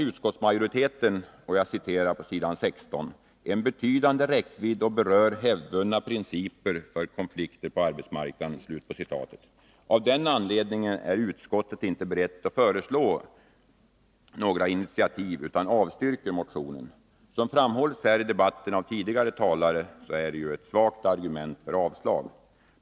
utskottsmajoriteten anför på s. 16 ”en betydande räckvidd och berör hävdvunna principer för konflikter på arbetsmarknaden”. Av denna anledning är utskottet inte berett att föreslå några initiativ utan avstyrker motionerna. Som framhållits här i debatten av tidigare talare är det ett svagt argument för avslag.